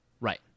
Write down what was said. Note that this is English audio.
Right